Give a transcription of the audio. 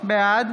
בעד